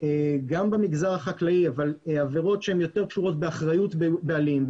גם במגזר החקלאי אבל עבירות שהן יותר קשורות לאחריות בעלים,